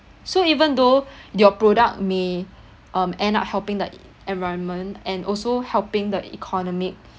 so even though your product may um end up helping the e~ environment and also helping the economic